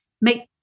make